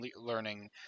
learning